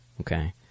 Okay